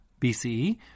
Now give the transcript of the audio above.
BCE